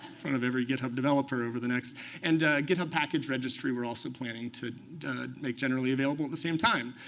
front of every github developer over the next and github package registry we're also planning to make generally available at the same time.